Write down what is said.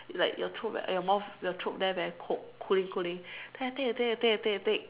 like your throat there your mouth your throat there very cool cooling cooling then I take and take and take and take